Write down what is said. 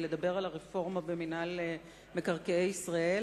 לדבר על הרפורמה במינהל מקרקעי ישראל,